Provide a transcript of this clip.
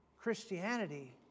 Christianity